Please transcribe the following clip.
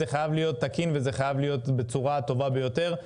זה חייב להיות תקין ובצורה הטובה ביותר.